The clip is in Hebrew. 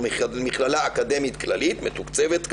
למכללה אקדמית כללית מתוקצבת,